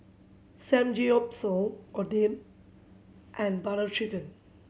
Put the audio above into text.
Samgyeopsal Oden and Butter Chicken